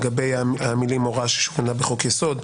לגבי המילים "הוראה ששוריינה בחוק יסוד",